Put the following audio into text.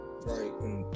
Right